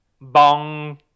Bong